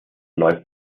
läuft